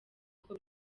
uko